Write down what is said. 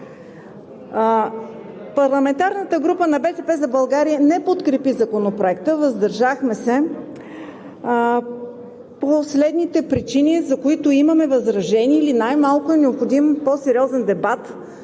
Парламентарната група на „БСП за България“ не подкрепи Законопроекта, въздържахме се по следните причини, за които имаме възражение или най-малко е необходим по-сериозен дебат